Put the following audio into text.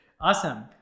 Awesome